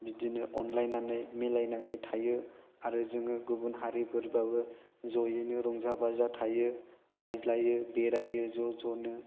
बिदिनो अनलायनानै मिलायनानै थायो आरो जों गुबुन हारिफोरबाबो ज'यैनो रंजा बाजा थायो रायज्लायो बेरायो ज' ज'नो